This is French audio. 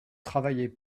travaillait